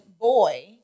boy